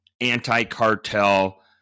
anti-cartel